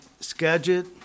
Skagit